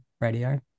radio